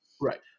right